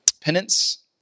penance